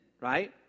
Right